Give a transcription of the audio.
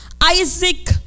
Isaac